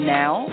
now